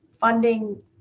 funding